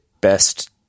best